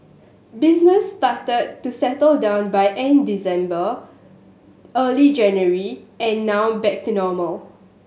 business started to settle down by end December early January and now back to normal